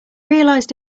realized